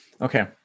Okay